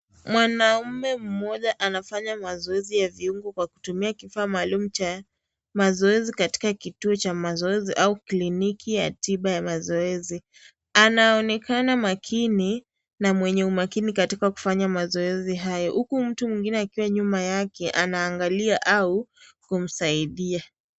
Mwanaume mmoja anafanya mazoezi ya viungo kwa kutumia kifaa maalum cha mazoezi katika kituo cha mazoezi au kliniki ya tiba ya mazoezi . Anaonekana makini na mwenye umakini katika kufanya mazoezi hayo huku mtu mwingine akiwa nyuma yake anaangalia au kumsaidia.